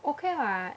okay [what]